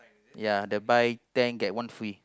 ya the buy ten get one free